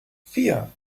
vier